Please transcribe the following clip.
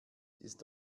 ist